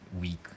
week